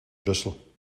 brussel